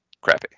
crappy